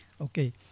Okay